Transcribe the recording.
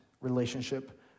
relationship